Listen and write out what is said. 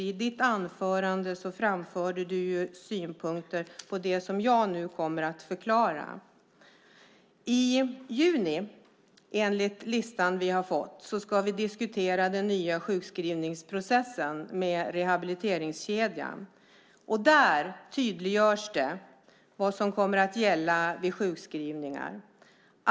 I ditt anförande framförde du synpunkter på det som jag nu kommer att förklara. Enligt listan vi har fått ska vi i juni diskutera den nya sjukskrivningsprocessen med rehabiliteringskedjan. Där tydliggörs det vad som kommer att gälla vid sjukskrivningar.